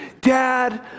Dad